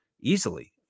easily